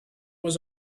was